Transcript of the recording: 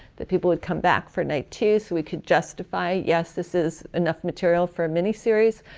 that people would come back for night two so we could justify yes this is enough material for a miniseries.